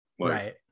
right